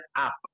up